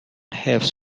حفظ